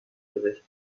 gericht